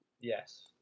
Yes